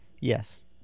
Yes